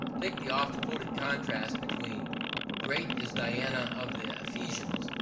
take the often-quoted contrast between great is diana of the ephesians,